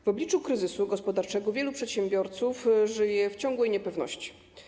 W obliczu kryzysu gospodarczego wielu przedsiębiorców żyje w ciągłej niepewności.